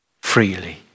freely